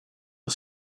are